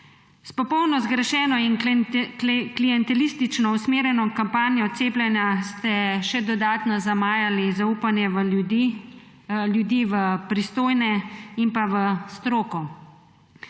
S popolno zgrešeno in klientelistično usmerjeno kampanjo cepljenja ste še dodatno zamajali zaupanje v ljudi v pristojne in pa v stroko.